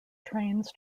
trains